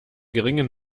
geringen